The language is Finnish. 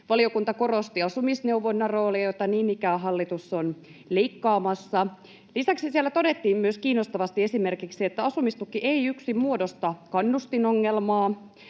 Valiokunta korosti asumisneuvonnan roolia, jota niin ikään hallitus on leikkaamassa. Lisäksi siellä todettiin myös kiinnostavasti, että esimerkiksi asumistuki ei yksin muodosta kannustinongelmaa.